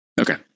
Okay